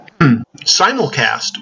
simulcast